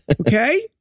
Okay